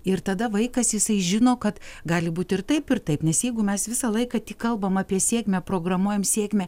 ir tada vaikas jisai žino kad gali būt ir taip ir taip nes jeigu mes visą laiką tik kalbam apie sėkmę programuojam sėkmę